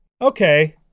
okay